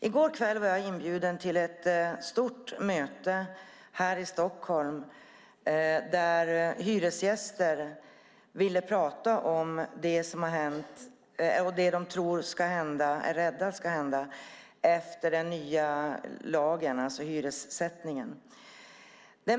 I går kväll var jag inbjuden till ett stort möte här i Stockholm där hyresgäster ville prata om vad de är rädda för ska hända efter den nya lagen om hyressättning.